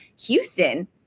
Houston